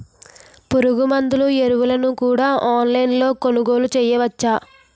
పురుగుమందులు ఎరువులను కూడా ఆన్లైన్ లొ కొనుగోలు చేయవచ్చా?